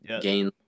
gain